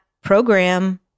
program